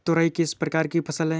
तोरई किस प्रकार की फसल है?